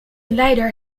leider